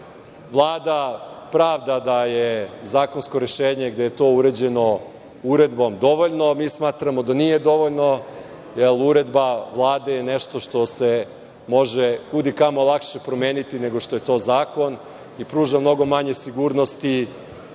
pravda da je zakonsko rešenje, gde je to uređeno uredbom, dovoljno. Mi smatramo da nije dovoljno, jer uredba Vlade je nešto što se može kud i kamo lakše promeniti nego što je to zakon i pruža mnogo manje sigurnosti